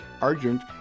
Argent